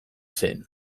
zen